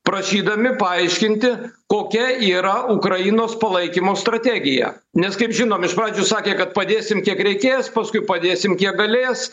prašydami paaiškinti kokia yra ukrainos palaikymo strategija nes kaip žinom iš pradžių sakė kad padėsim kiek reikės paskui padėsim kiek galės